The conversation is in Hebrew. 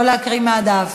לא להקריא מהדף.